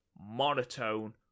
monotone